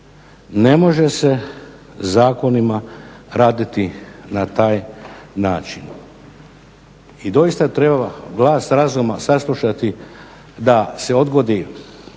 Ne može se zakonima raditi na taj način. I doista treba glas razuma saslušati da se odgodi